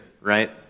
right